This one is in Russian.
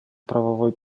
правовой